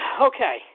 okay